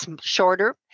shorter